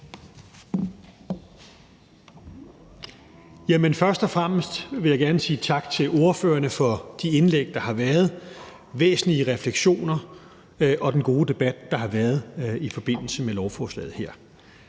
først og fremmest vil jeg gerne sige tak til ordførerne for de indlæg, der har været, og for de væsentlige refleksioner og den gode debat, der har været, i forbindelse med lovforslaget her.